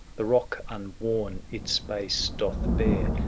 the rock unworn its base doth bare,